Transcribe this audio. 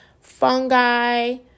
fungi